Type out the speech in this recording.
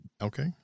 Okay